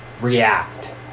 react